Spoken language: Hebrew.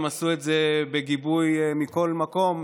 הם עשו את זה בגיבוי מכל מקום,